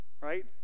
right